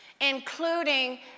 including